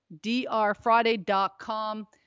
drfriday.com